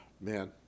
Man